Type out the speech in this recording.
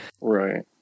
right